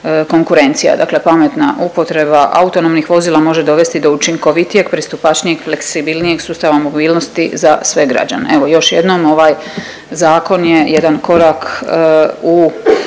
konkurencija. Dakle, pametna upotreba autonomnih vozila može dovesti do učinkovitijeg, pristupačnijeg, fleksibilnijeg sustava mobilnosti za sve građane. Evo još jednom ovaj zakon je jedan korak u